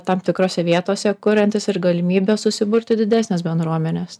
tam tikrose vietose kuriantis ir galimybę susiburti didesnės bendruomenės